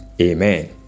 Amen